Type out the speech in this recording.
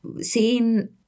seeing